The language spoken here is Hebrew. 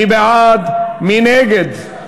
נתקבלה בקשת הממשלה להחלת דין רציפות על הצעת החוק הנדונה.